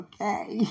Okay